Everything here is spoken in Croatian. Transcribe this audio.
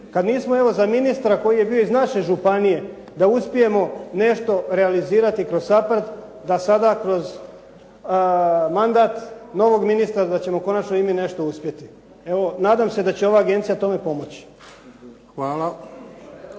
kad nismo evo za ministra koji je bio iz naše županije da uspijemo nešto realizirati kroz SAPARD da sada kroz mandat novog ministra da ćemo konačno i mi nešto uspjeti. Evo, nadam se da će ova agencija tome pomoći.